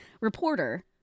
reporter